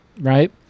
right